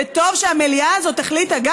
וטוב שהמליאה הזאת גם החליטה,